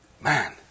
Man